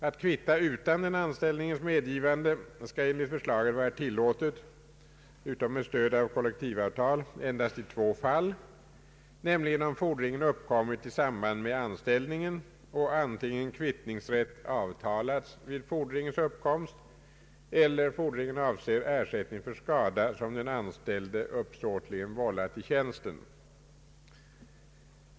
Att kvitta utan den anställdes medgivande skall enligt förslaget vara tillåtet — utom med stöd av kollektivavtal — endast i två fall, nämligen om fordringen uppkommit i samband med anställning och antingen kvittningsrätt avtalats vid fordringens uppkomst eller fordringen avser ersättning för skada som den anställde uppsåtligt vållat i tjänsten.